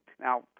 Now